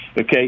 Okay